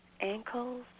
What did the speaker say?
ankles